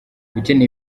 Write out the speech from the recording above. ukeneye